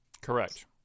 Correct